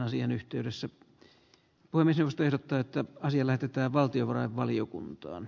asian yhteydessä panisi vertaa että siellä pitää valtiovarainvaliokuntaan